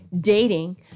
dating